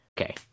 okay